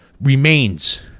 remains